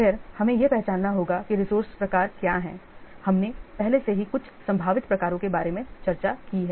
फिर हमें यह पहचानना होगा कि रिसोर्से प्रकार क्या हैं हमने पहले से ही कुछ संभावित प्रकारों के बारे में चर्चा की है